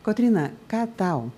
kotryna ką tau